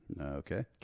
Okay